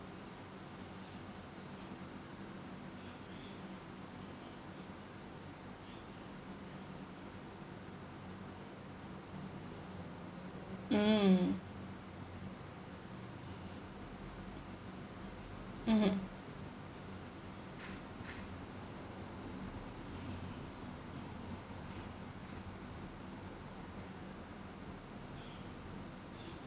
mm mmhmm